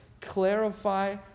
clarify